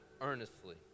earnestly